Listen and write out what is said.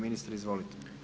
Ministre izvolite.